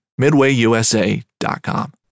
MidwayUSA.com